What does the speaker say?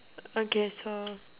okay so